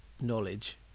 knowledge